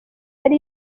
ari